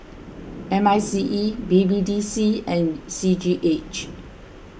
M I C E B B D C and C G H